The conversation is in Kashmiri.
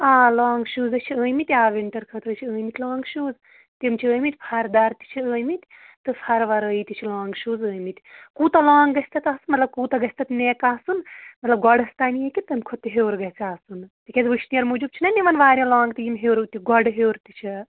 آ لانٛگ شوٗز ہَے چھِ آمٕتۍ آ وِنٹر خٲطرٕ چھِ آمٕتۍ لانٛگ شوٗز تِم چھِ آمٕتۍ فرٕ دار تہِ چھِ آمٕتۍ تہٕ فرٕ وَرٲی تہِ چھِ لانٛگ شوٗز آمٕتۍ کوٗتاہ لانٛگ گژھِ تَتھ آسُن مطلب کوٗتاہ گژھِ تَتھ نٮ۪ک آسُن مطلب گۄڈَس تانی کہِ تَمہِ کھۄتہٕ تہِ ہیٚور گژھِ آسُن تِکیٛازِ وُشنیر موٗجوٗب چھُنا نِمَن واریاہ لانٛگ تہِ یِم ہیوٚر تہِ گۄڈٕ ہیٚور تہِ چھِ